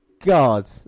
God